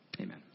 Amen